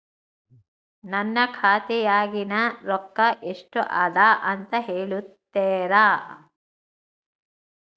ನನ್ನ ಖಾತೆಯಾಗಿನ ರೊಕ್ಕ ಎಷ್ಟು ಅದಾ ಅಂತಾ ಹೇಳುತ್ತೇರಾ?